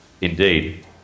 indeed